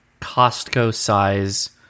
Costco-size